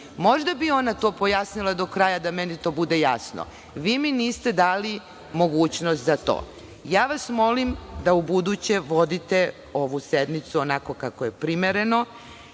Možda bi ona to pojasnila do kraja, da meni to bude jasno. Vi mi niste dali mogućnost za to. Ja vas molim da ubuduće vodite ovu sednicu onako kako je primereno